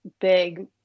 big